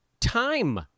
time